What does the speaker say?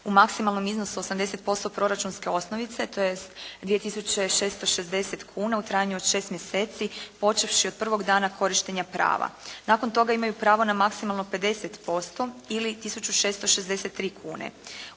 u maksimalnom iznosu 80% proračunske osnovice, tj. 2 tisuće 660 kuna u trajanju od 6 mjeseci, počevši od prvog dana korištenja prava. Nakon toga imaju pravo na maksimalno 50% ili tisuću 663 kune.